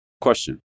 Question